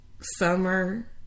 Summer